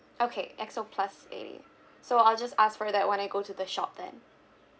okay X O plus eighty so I'll just ask for that when I go to the shop then